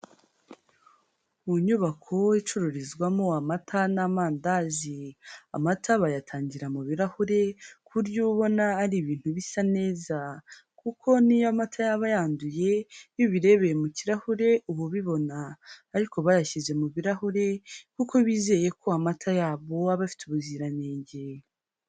Mu nyubako icururizwamo amata n'amandazi, amata bayatangiragirira mu birahure ku buryo ubona ari ibintu bisa neza kuko niyo amata yaba yanduye iyo ubirebeye mu kirahure uba ubibona ariko bayashyize mu birarahure kuko bizeye ko amata yabo aba afite ubuziranenge.